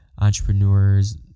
entrepreneurs